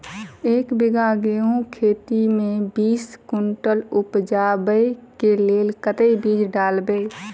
एक बीघा गेंहूँ खेती मे बीस कुनटल उपजाबै केँ लेल कतेक बीज डालबै?